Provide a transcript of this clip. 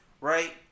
right